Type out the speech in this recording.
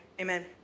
amen